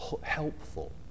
helpful